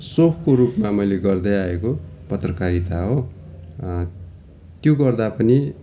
सोकको रूपमा मैले गर्दै आएको पत्रकारिता हो त्यो गर्दा पनि